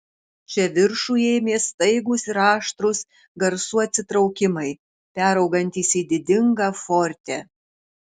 čia viršų ėmė staigūs ir aštrūs garsų atsitraukimai peraugantys į didingą forte